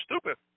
stupid